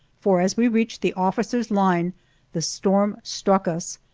for as we reached the officers' line the storm struck us,